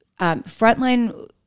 frontline